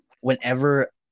Whenever